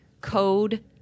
code